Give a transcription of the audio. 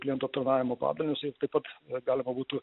klientų aptarnavimo padalinius ir taip pat galima būtų